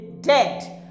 dead